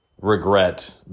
regret